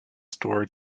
store